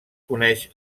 coneix